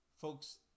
folks